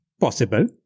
Possible